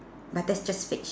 but that's just fiction